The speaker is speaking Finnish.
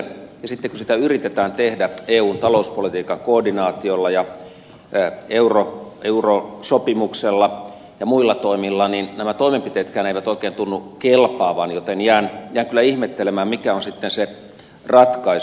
sitten kun sitä yritetään tehdä eun talouspolitiikan koordinaatiolla ja eurosopimuksella ja muilla toimilla niin nämä toimenpiteetkään eivät oikein tunnu kelpaavan joten jään kyllä ihmettelemään mikä on sitten se ratkaisu